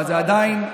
אבל עדיין,